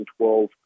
2012